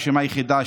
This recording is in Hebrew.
הרשימה היחידה,